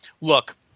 Look